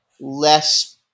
less